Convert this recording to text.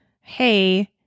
hey